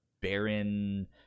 barren